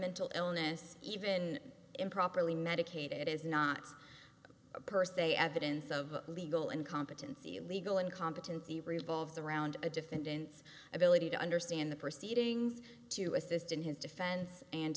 mental illness even improperly medicated it is not a person a evidence of legal incompetency legal incompetency revolves around a defendant's ability to understand the proceedings to assist in his defense and